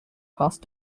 cost